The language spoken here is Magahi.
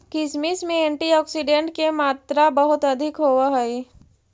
किशमिश में एंटीऑक्सीडेंट के मात्रा बहुत अधिक होवऽ हइ